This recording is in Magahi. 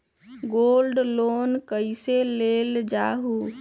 गोल्ड लोन कईसे लेल जाहु?